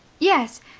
yes.